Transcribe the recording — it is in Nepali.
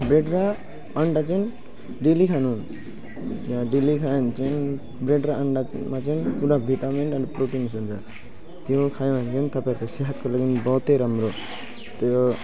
ब्रेड र अन्डा चाहिँ डेली खानु या डेली खायो भने चाहिँ ब्रेड र अन्डामा चाहिँ पुरा भिटामिन्स अनि प्रोटिन्स हुन्छ त्यो खायो भने चाहिँ तपाईँको सेहतको लागि बहुतै राम्रो त्यो